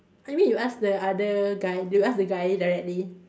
you mean you ask the other guy you ask the guy directly